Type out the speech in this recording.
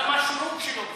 גם השורוק שלו בסדר.